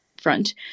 front